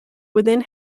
within